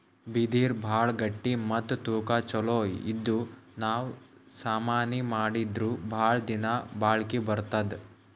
ಬಿದಿರ್ ಭಾಳ್ ಗಟ್ಟಿ ಮತ್ತ್ ತೂಕಾ ಛಲೋ ಇದ್ದು ನಾವ್ ಸಾಮಾನಿ ಮಾಡಿದ್ರು ಭಾಳ್ ದಿನಾ ಬಾಳ್ಕಿ ಬರ್ತದ್